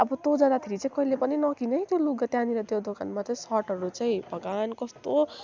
अब तँ जाँदाखेरि चाहिँ कहिले पनि नकिन है लुगा त्यहाँनिर त्यो दोकानमा चाहिँ सर्टहरू चाहिँ भगवान कस्तो